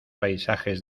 paisajes